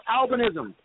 albinism